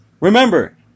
remember